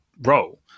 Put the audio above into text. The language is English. role